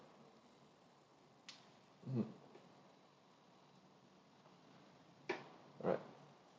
mm alright